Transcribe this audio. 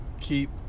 keep